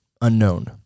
unknown